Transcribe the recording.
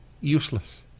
useless